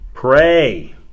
Pray